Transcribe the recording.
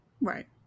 Right